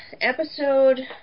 Episode